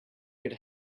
could